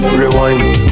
rewind